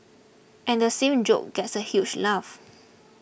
and same joke gets a huge laugh